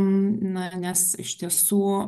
na nes iš tiesų